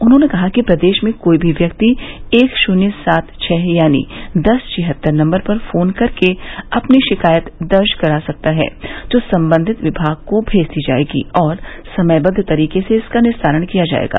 उन्होंने कहा कि प्रदेश में कोई भी व्यक्ति एक शून्य सात छह यानी दस छियत्तर नम्बर पर फोन करके अपनी शिकायत दर्ज करा सकता है जो संबंधित विभाग को मेज दी जायेगी और समयबद्द तरीके से इसका निस्तारण किया जायेगा